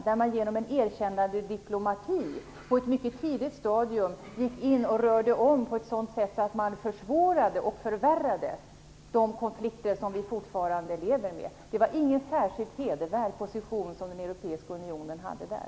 Man gick genom en erkännandediplomati på ett mycket tidigt stadium in och rörde om på ett sådant sätt att man försvårade och förvärrade de konflikter vi fortfarande lever med. Det var ingen särskilt hedervärd position som den europeiska unionen hade där.